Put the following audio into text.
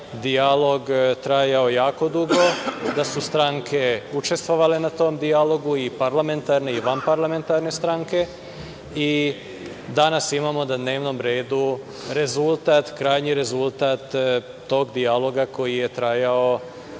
dijalog trajao jako dugo, da su stranke učestvovale u tom dijalogu, i parlamentarne i vanparlamentarne stranke. Danas imamo na dnevnom redu krajnji rezultat tog dijaloga koji je trajao